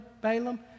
Balaam